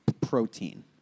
protein